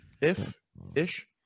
if-ish